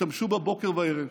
השתמשו בה בוקר וערב.